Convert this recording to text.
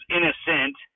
Innocent